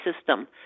system